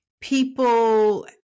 people